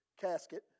casket